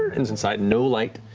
inside, no light.